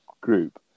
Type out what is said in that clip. group